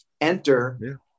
Enter